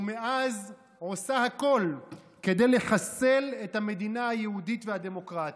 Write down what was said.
ומאז עושה הכול כדי לחסל את המדינה היהודית והדמוקרטית.